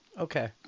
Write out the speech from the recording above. Okay